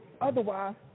otherwise